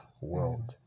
world